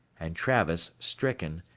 and travis, stricken,